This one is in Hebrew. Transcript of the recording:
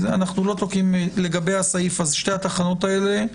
לגבי שתי התחנות האלה,